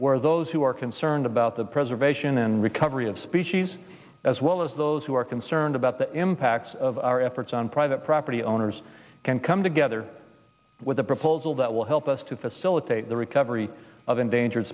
where those who are concerned about the preservation and recovery of species as well as those who are concerned about the impacts of our efforts on private property owners can come together with a proposal that will help us to facilitate the recovery of endangered